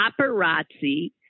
paparazzi